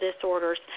disorders